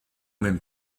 même